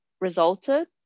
resulted